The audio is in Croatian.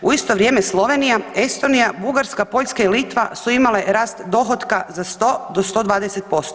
U isto vrijeme Slovenija, Estonija, Bugarska, Poljska i Litva su imale rast dohotka za 100 do 120%